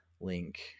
link